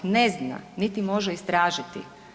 Ne zna niti može istražiti.